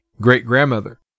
great-grandmother